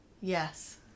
yes